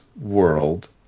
world